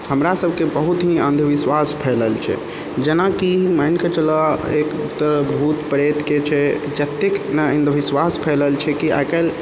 हमरा सबके बहुत ही अन्धविश्वास फैलल छै जेना कि मानिके चलऽ एक तऽ भूत प्रेतके छै जतेक ने अन्धविश्वास फैलल छै कि आइ काल्हि